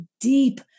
deep